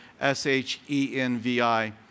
S-H-E-N-V-I